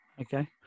Okay